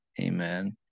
Amen